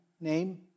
name